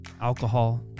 Alcohol